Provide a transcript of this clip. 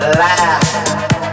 laugh